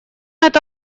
это